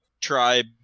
tribe